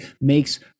makes